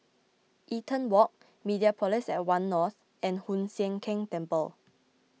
Eaton Walk Mediapolis at one North and Hoon Sian Keng Temple